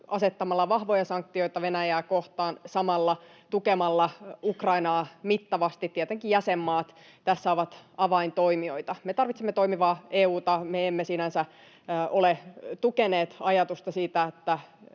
asettamalla vahvoja sanktioita Venäjää kohtaan ja samalla tukemalla Ukrainaa mittavasti — tietenkin jäsenmaat tässä ovat avaintoimijoita. Me tarvitsemme toimivaa EU:ta. Me emme sinänsä ole tukeneet ajatusta siitä, että